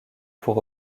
pour